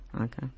okay